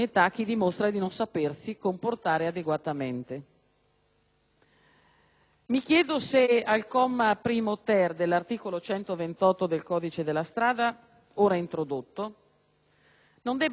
mi chiedo se al comma 1-*ter* dell'articolo 128 del codice della strada, ora introdotto, non debba farsi riferimento, piuttosto che alla patente di guida,